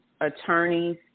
attorneys